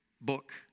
book